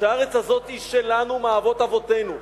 שהארץ הזאת היא שלנו מאבות אבותינו,